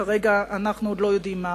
כרגע אנחנו עוד לא יודעים מהו,